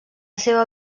seua